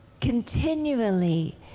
continually